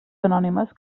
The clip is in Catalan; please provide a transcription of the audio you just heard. anònimes